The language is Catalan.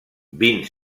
vint